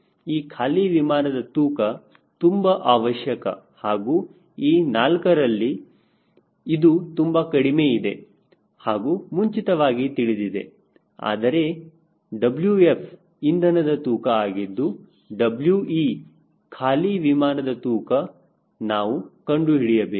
ಈ ಖಾಲಿ ವಿಮಾನದ ತೂಕ ತುಂಬಾ ಅವಶ್ಯಕ ಹಾಗೂ ಈ 4 ರಲ್ಲಿ ಇದು ತುಂಬಾ ಕಡಿಮೆ ಇದೆ ಹಾಗೂ ಮುಂಚಿತವಾಗಿ ತಿಳಿದಿದೆ ಆದರೆ Wf ಇಂಧನದ ತೂಕ ಆಗಿದ್ದು We ಖಾಲಿ ವಿಮಾನದ ತೂಕ ನಾವು ಕಂಡುಹಿಡಿಯಬೇಕು